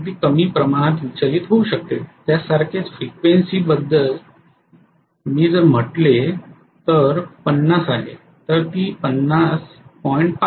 अगदी कमी प्रमाणात विचलित होऊ शकते त्याच्यासारखेच फ्रिक्वेन्सी बद्दल मी जर म्हटले तर 50 आहे तर ती 50